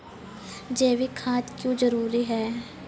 जैविक खाद क्यो जरूरी हैं?